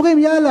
אומרים: יאללה,